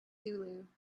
zulu